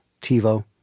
TiVo